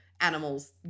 animals